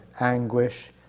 anguish